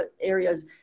areas